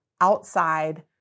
outside